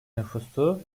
nüfusu